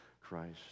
Christ